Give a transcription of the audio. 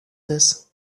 this